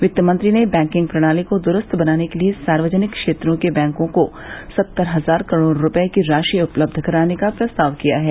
वित्तमंत्री ने बैंकिंग प्रणाली को दुरूस्त बनाने के लिए सार्वजनिक क्षेत्र के बैंकों को सत्तर हजार करोड़ रूपये की राशि उपलब्ध कराने का प्रस्ताव किया है